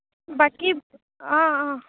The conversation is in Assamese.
বাকী অঁ অঁ